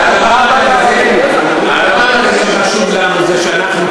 הדבר המרכזי שחשוב לנו זה שאנחנו,